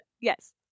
Yes